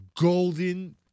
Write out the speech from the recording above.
golden